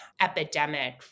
epidemic